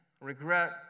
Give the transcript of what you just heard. regret